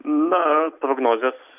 na prognozės